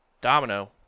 Domino